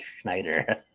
Schneider